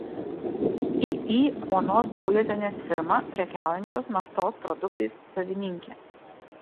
iį onos daujotienės firma prekiaujančios naftos produktais savininkė